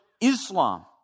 Islam